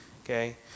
Okay